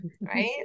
right